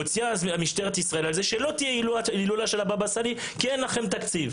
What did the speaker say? הוציאה אז משטרת ישראל שלא תהיה הילולה של הבאבא סאלי כי אין לכם תקציב.